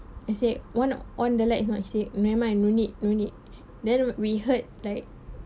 I said want on the light or not he said never mind no need no need then we heard like